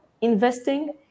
investing